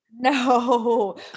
No